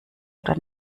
oder